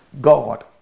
God